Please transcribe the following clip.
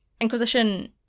Inquisition